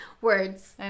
words